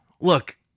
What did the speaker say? look